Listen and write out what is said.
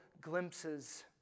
glimpses